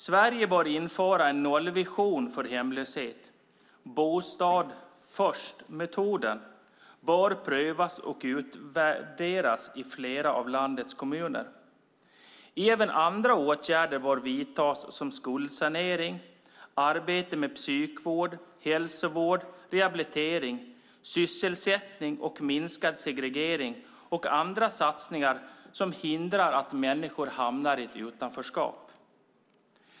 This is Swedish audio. Sverige bör införa en nollvision för hemlöshet. Bostad-först-metoden bör prövas och utvärderas i flera av landets kommuner. Även andra åtgärder bör vidtas, som skuldsanering, arbete med psykvård, hälsovård, rehabilitering, sysselsättning, minskad segregering och andra satsningar som förhindrar att människor hamnar i utanförskap.